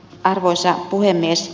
arvoisa puhemies